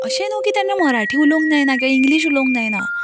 अशें न्हय की ताणें मराठी उलोवंक जायना किंवा इंग्लीश उलोवंक जायना